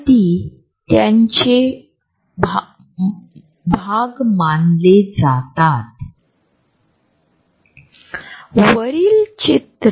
मी तुमच्या सामाजिक जागेत आहे परंतु जर मी जवळ आले तर ते थोडे विचित्र आहे कारण मी फक्त एक परिचित आहे